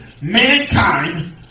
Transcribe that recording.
mankind